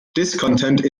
discontent